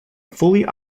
fully